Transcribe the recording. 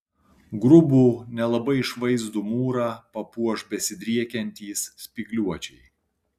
grubų nelabai išvaizdų mūrą papuoš besidriekiantys spygliuočiai